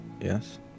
Yes